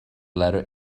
letter